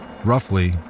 roughly